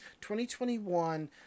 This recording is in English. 2021